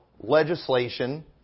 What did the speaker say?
legislation